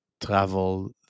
travel